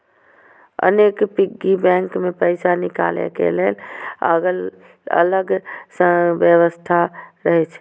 अनेक piggy bank मे पैसा निकालै के लेल अलग सं व्यवस्था रहै छै